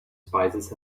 spices